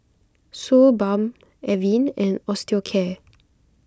Suu Balm Avene and Osteocare